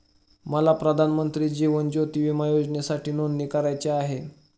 मला प्रधानमंत्री जीवन ज्योती विमा योजनेसाठी नोंदणी करायची आहे